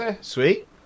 Sweet